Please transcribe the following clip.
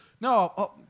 No